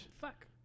Fuck